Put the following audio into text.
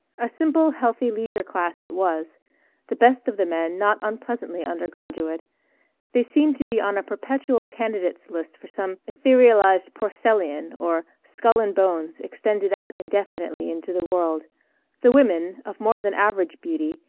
a simple healthy leisure class it was the best of the men not unpleasantly undergraduate they seemed to be on a perpetual candidates list for some etherealized porcellian or skull and bones extended out indefinitely into the world the women, of more than average beauty,